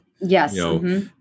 Yes